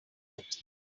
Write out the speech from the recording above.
empty